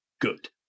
good